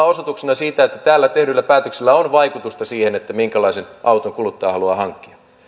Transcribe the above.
osoituksena siitä että täällä tehdyillä päätöksillä on vaikutusta siihen minkälaisen auton kuluttaja haluaa hankkia no